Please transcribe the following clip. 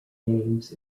names